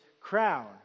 crown